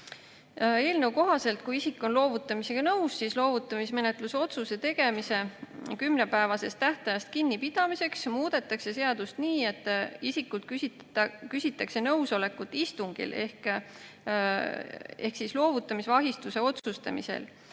Eelnõu kohaselt, kui isik on loovutamisega nõus, siis loovutamismenetlusotsuse tegemise 10-päevasest tähtajast kinnipidamiseks muudetakse seadust nii, et isikult küsitakse nõusolekut istungil ehk loovutamisvahistuse otsustamisel.